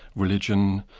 religion,